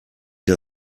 der